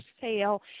sale